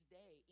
day